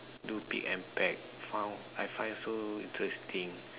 do pick and pack found I find so interesting